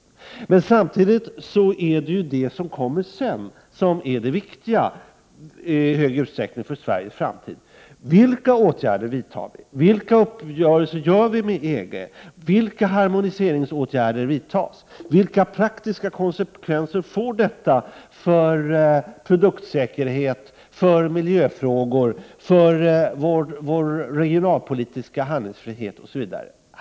Men samtidigt är det ju det som kommer sedan som i stor utsträckning är det viktiga för Sveriges framtid: Vilka åtgärder vidtar vi? Vilka uppgörelser träffar vi med EG? Vilka harmoniseringsåtgärder vidtas? Vilka praktiska konsekvenser får detta för produktsäkerhet, för miljöfrågor, för vår regionalpolitiska handlingsfrihet osv.?